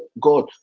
God